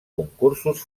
concursos